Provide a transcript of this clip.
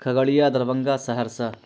Khagaria Darbhanga Saharsa